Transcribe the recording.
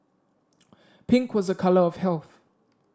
pink was a colour of health